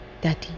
Daddy